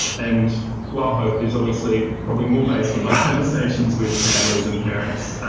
and while hope is obviously probably more based on my conversations with families and parents,